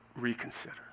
reconsider